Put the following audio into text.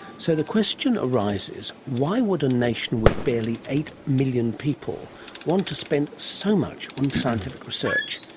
so the question arises why would a nation with barely eight million people wants to spend so much on scientific research?